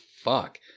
fuck